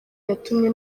yatumye